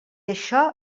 això